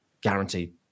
guaranteed